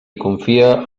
confia